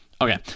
Okay